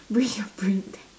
bring your phone there